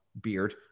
beard